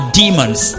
demons